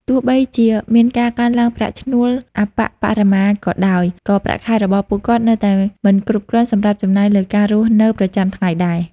ទោះបីជាមានការកើនឡើងប្រាក់ឈ្នួលអប្បបរមាក៏ដោយ ក៏ប្រាក់ខែរបស់ពួកគាត់នៅតែមិនគ្រប់គ្រាន់សម្រាប់ចំណាយលើការរស់នៅប្រចាំថ្ងៃដែរ។